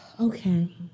Okay